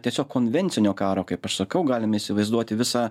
tiesiog konvencinio karo kaip aš sakau galim įsivaizduoti visą